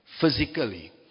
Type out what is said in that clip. physically